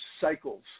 cycles